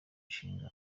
nshinga